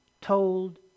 told